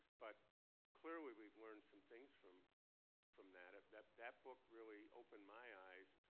but clearly we've learned some things from from that. that that book really opened my eyes.